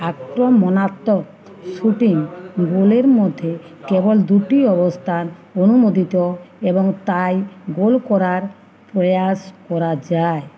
আক্রমণাত্মক শুটিং গোলের মধ্যে কেবল দুটি অবস্থান অনুমোদিত এবং তাই গোল করার প্রয়াস করা যায়